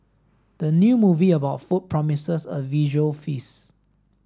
the new movie about food promises a visual feast